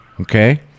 Okay